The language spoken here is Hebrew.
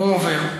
מום עובר.